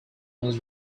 was